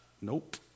Nope